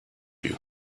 you